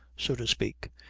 so to speak,